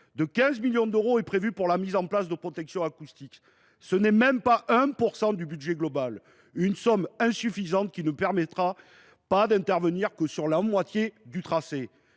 de 15 millions d’euros est prévue pour la mise en place de protections acoustiques, soit moins de 1 % du budget global. C’est une somme insuffisante, qui ne permettra d’intervenir que sur la moitié du tracé.